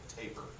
taper